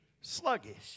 sluggish